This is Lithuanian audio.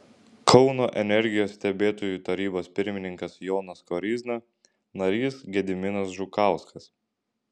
kauno energijos stebėtojų tarybos pirmininkas jonas koryzna narys gediminas žukauskas